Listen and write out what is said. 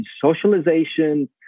socialization